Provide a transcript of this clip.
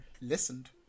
listened